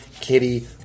Kitty